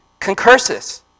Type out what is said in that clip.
Concursus